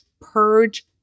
purge